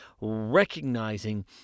recognizing